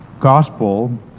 gospel